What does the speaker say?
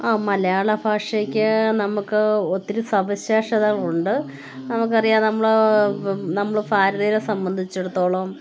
ആ മലയാള ഭാഷയ്ക്ക് നമുക്ക് ഒത്തിരി സവിശേഷതകൾ ഉണ്ട് നമുക്കറിയാം നമ്മൾ ഇപ്പം നമ്മൾ ഭാരതീയരെ സംബന്ധിച്ചെടുത്തോളം